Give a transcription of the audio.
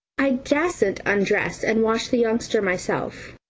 i dasn't undress and wash the youngster myself.